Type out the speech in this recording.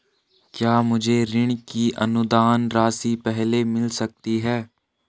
क्या मुझे ऋण की अनुदान राशि पहले मिल सकती है?